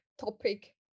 topic